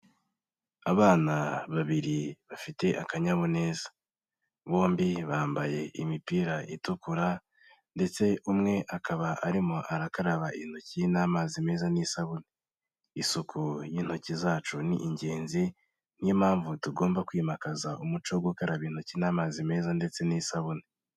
Abana babiri bafite akanyamuneza, bombi bambaye imipira itukura ndetse umwe akaba arimo arakaraba intoki n'amazi meza n'isabune; isuku y'intoki zacu ni ingenzi niyo mpamvu tugomba kwimakaza umuco wo gukaraba intoki n'amazi meza ndetse n'isabune.